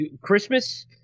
Christmas